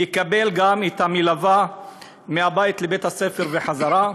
יקבל גם את המלווה מהבית לבית-הספר ובחזרה.